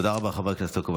תודה רבה, חבר הכנסת יעקב אשר.